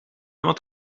wat